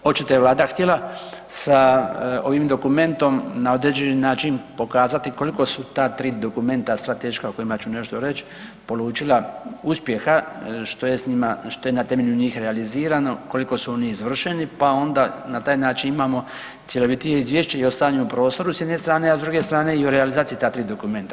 Očito je Vlada htjela sa ovim dokumentom na određeni način pokazati koliko su ta 3 dokumenta strateška o kojima ću nešto reći polučila uspjeha, što je na temelju njih realizirano, koliko su oni izvršeni pa onda na taj način imamo cjelovitije izvješće i o stanju u prostoru s jedne strane, a s druge strane i o realizaciji ta 3 dokumenta.